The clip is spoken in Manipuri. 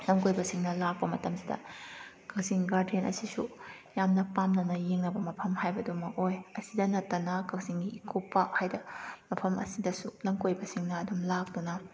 ꯂꯝꯀꯣꯏꯕꯁꯤꯡꯅ ꯂꯥꯛꯄ ꯃꯇꯝꯁꯤꯗ ꯀꯛꯆꯤꯡ ꯒꯥꯔꯗꯦꯟ ꯑꯁꯤꯁꯨ ꯌꯥꯝꯅ ꯄꯥꯝꯅꯅ ꯌꯦꯡꯅꯕ ꯃꯐꯝ ꯍꯥꯏꯕꯗꯨꯃ ꯑꯣꯏ ꯑꯁꯤꯗ ꯅꯠꯇꯅ ꯀꯛꯆꯤꯡꯒꯤ ꯏꯀꯣ ꯄꯥꯛ ꯍꯥꯏꯗꯅ ꯃꯐꯝ ꯑꯁꯤꯗꯁꯨ ꯂꯝꯀꯣꯏꯕꯁꯤꯡꯅ ꯑꯗꯨꯝ ꯂꯥꯛꯇꯨꯅ